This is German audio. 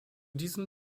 diesem